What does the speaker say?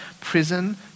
prison